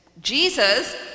Jesus